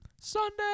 Sunday